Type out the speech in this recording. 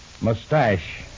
mustache